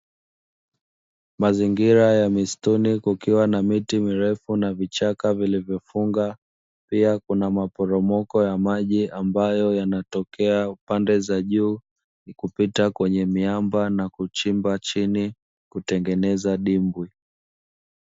Mazingira ya misituni yakiwa na miti mirefu na vichaka vilivyofunga na maporomoko ya maji ambayo yanatokea pande za juu, kupita kwenye miamba na kuchimba chini kutengeneza dimbwi.